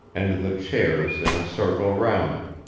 and the chairs in a circle round it,